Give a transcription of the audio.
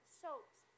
soaps